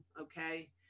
okay